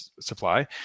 supply